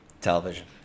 television